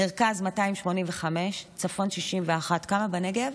מרכז, 285, צפון, 61, כמה בנגב?